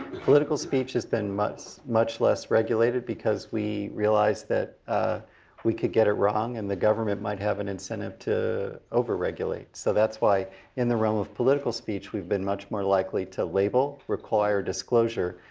political speech has been much much less regulated because we realized that we could get it wrong, and the government might have an incentive to over-regulate, so that's why in the realm of political speech we've been much more likely to label required disclosure.